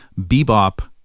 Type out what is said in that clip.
bebop